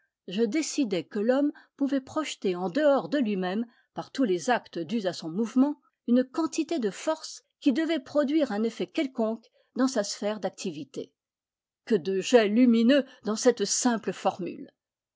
je décidai que l'homme pouvait projeter en dehors de lui-même par tous les actes dus à son mouvement une quantité de force qui devait produire un effet quelconque dans sa sphère d'activité que de jets lumineux dans cette simple formule